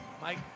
Mike